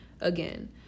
again